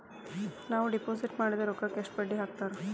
ನಾವು ಡಿಪಾಸಿಟ್ ಮಾಡಿದ ರೊಕ್ಕಿಗೆ ಎಷ್ಟು ಬಡ್ಡಿ ಹಾಕ್ತಾರಾ?